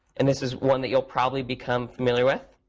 and this is one that you'll probably become familiar with.